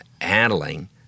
handling